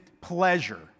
pleasure